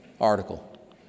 article